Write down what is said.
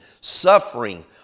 suffering